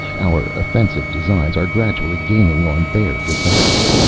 our offensive designs are gradually gaining on their defenses.